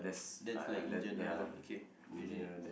that's like in general okay